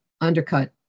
undercut